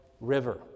river